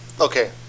Okay